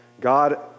God